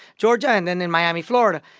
ga, and then in miami, fla. and